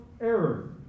error